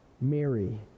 Mary